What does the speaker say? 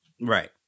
Right